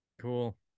Cool